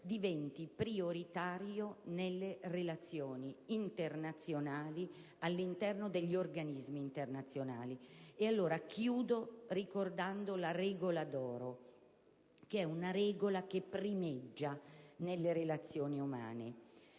diventi prioritario nelle relazioni internazionali all'interno degli organismi internazionali. Concludo ricordando la regola d'oro, che primeggia nelle relazioni umane,